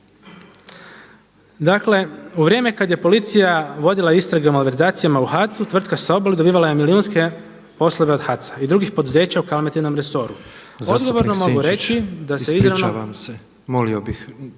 Dakle, u vrijeme kada je policija vodila istrage o malverzacijama u HAC-u tvrtka Sobol dobivala je milijunske poslove od HAC-a i drugih poduzeća u Kalmetinom resoru. Odgovorno mogu reći da se izravno.